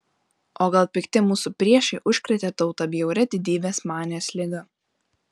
o gal pikti mūsų priešai užkrėtė tautą bjauria didybės manijos liga